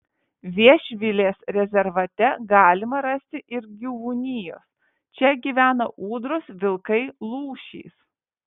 viešvilės rezervate galima rasti ir gyvūnijos čia gyvena ūdros vilkai lūšys